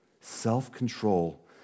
self-control